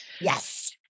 Yes